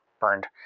burned